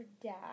dad